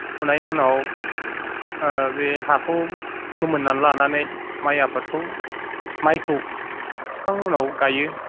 फुनाय उनाव ओ बे हाखौ फोमोन्नानै लानानै माय आबादखौ मायखौ फुखांनायनि उनाव गायो